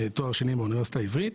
תואר שני באוניברסיטה העברית,